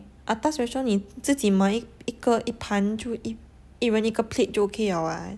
atas restaurant 你自己买一个一一盘就一人一个 plate 就 okay 了 [what]